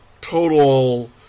total